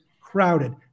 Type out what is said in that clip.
crowded